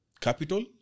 capital